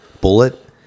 Bullet